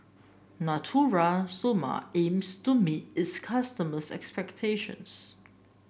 Natura Stoma aims to meet its customers' expectations